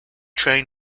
train